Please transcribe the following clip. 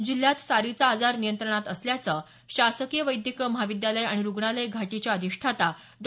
जिल्ह्यात सारीचा आजार नियंत्रणात असल्याचं शासकीय वैद्यकीय महाविद्यालय आणि रुग्णालय घाटीच्या अधिष्ठाता डॉ